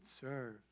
serve